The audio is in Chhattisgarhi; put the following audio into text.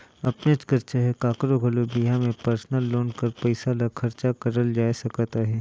अपनेच कर चहे काकरो घलो बिहा में परसनल लोन कर पइसा ल खरचा करल जाए सकत अहे